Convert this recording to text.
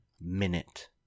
minute